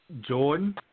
Jordan